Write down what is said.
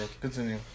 continue